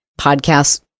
podcasts